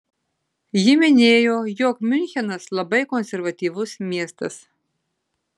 ji minėjo jog miunchenas labai konservatyvus miestas